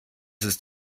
ist